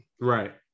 Right